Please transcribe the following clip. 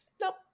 Nope